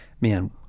man